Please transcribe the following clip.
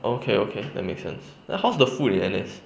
okay okay that make sense then how is the food in N_S